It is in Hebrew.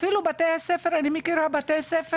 אני מכירה בתי ספר